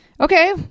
Okay